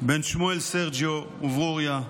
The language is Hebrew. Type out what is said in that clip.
בן שמואל סרג'יו וברוריה,